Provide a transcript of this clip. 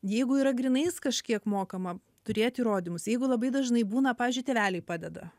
jeigu yra grynais kažkiek mokama turėti įrodymus jeigu labai dažnai būna pavyzdžiui tėveliai padeda